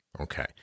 Okay